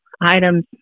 items